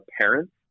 parents